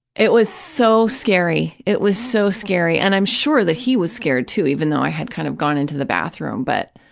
it was so scary. it was so scary. and i'm sure that he was scared, too, even though i had kind of gone into the bathroom, but,